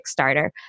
Kickstarter